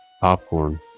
popcorn